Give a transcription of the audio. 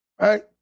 right